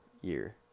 year